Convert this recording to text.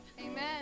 Amen